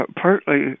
Partly